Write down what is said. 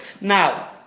Now